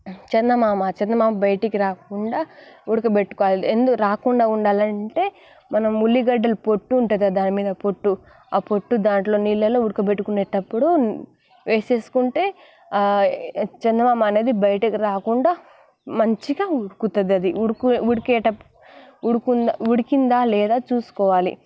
చందమామ చందమామ బయటకి రాకుండా ఉడకబెట్టుకోవాలి ఎందుకు రాకుండా ఉండాలంటే మనం ఉల్లిగడ్డలు పొట్టు ఉంటుంది అది దానిమీద పొట్టు ఆ పొట్టు దాంట్లో నీళ్ళలో ఉడకబెట్టుకునేటప్పుడు వేసేసుకుంటే చందమామ అనేది బయటికి రాకుండా మంచిగా ఉడుకుతుంది అది ఉడికి ఉడికేటప్పుడు ఉడికే ఉడికిందా లేదా చూసుకోవాలి